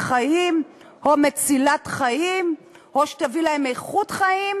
החיים או מצילת חיים או שתביא להם איכות חיים